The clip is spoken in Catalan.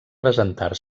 presentar